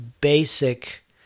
basic